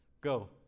Go